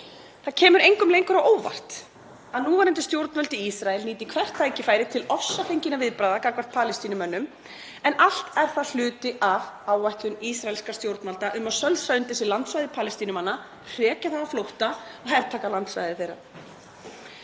Það kemur engum lengur á óvart að núverandi stjórnvöld í Ísrael nýti hvert tækifæri til ofsafenginna viðbragða gagnvart Palestínumönnum en allt er það hluti af áætlun ísraelskra stjórnvalda um að sölsa undir sig landsvæði Palestínumanna, hrekja þá á flótta og hertaka landsvæði þeirra.